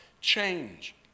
change